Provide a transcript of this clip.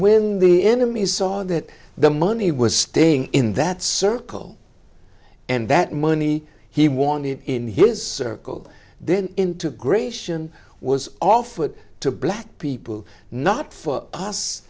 when the enemy saw that the money was staying in that circle and that money he wanted in his circle then integration was offered to black people not for us